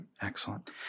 Excellent